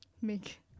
make